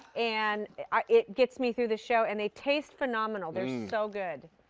and it ah it gets me through the show and they taste phenomenal. they're so good.